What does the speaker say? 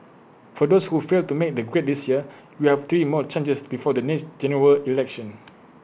for those who failed to make the grade this year you have three more chances before the next General Election